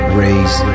raise